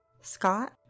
Scott